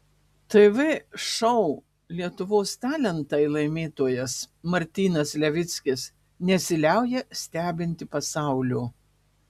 tv šou lietuvos talentai laimėtojas martynas levickis nesiliauja stebinti pasaulio